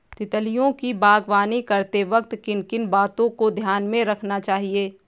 तितलियों की बागवानी करते वक्त किन किन बातों को ध्यान में रखना चाहिए?